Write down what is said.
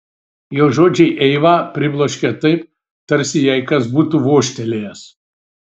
jo žodžiai eivą pribloškė taip tarsi jai kas būtų vožtelėjęs